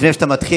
לפני שאתה מתחיל,